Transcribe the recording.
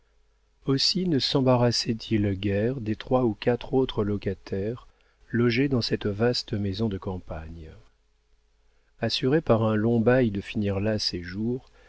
aussi ne sembarrassait il guère des trois ou quatre autres locataires logés dans cette vaste maison de campagne assuré par un long bail de finir là